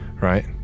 right